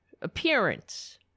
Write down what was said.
appearance